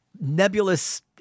nebulous